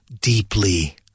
deeply